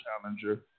challenger